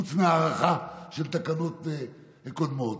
חוץ מהארכה של תקנות קודמות,